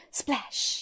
splash